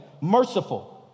merciful